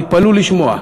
תתפלאו לשמוע,